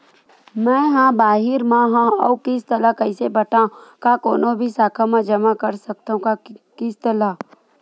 मैं हा बाहिर मा हाव आऊ किस्त ला कइसे पटावव, का कोनो भी शाखा मा जमा कर सकथव का किस्त ला?